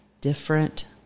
different